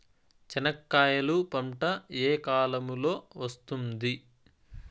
చెనక్కాయలు పంట ఏ కాలము లో వస్తుంది